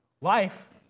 Life